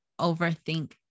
overthink